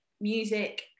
music